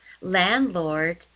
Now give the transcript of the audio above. landlord